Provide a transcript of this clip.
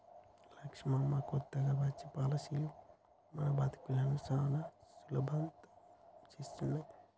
లక్ష్మమ్మ కొత్తగా వచ్చే పాలసీలు మన బతుకులను సానా సులభతరం చేస్తున్నాయి